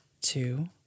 two